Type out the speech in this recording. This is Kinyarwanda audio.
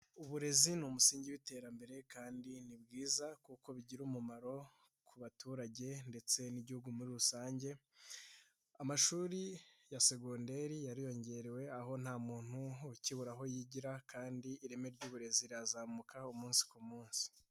Uburezi ni umusingi w'iterambere kandi ni bwiza kuko bigira umumaro ku baturage ndetse n'Igihugu muri rusange. Amashuri ya segonderi yariyongerewe aho nta muntu ukibura aho yigira kandi ireme ry'uburezi rirazamuka umunsi ku munsi.